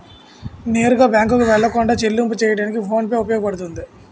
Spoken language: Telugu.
నేరుగా బ్యాంకుకు వెళ్లకుండా చెల్లింపు చెయ్యడానికి ఫోన్ పే ఉపయోగపడుతుంది